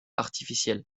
artificielle